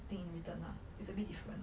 thing in return lah it's a bit different